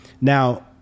now